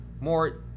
more